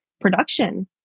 production